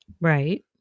right